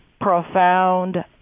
profound